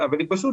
כבוד היושב-ראש,